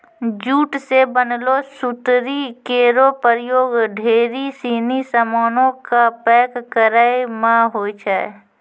jute सें बनलो सुतरी केरो प्रयोग ढेरी सिनी सामानो क पैक करय म होय छै